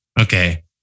Okay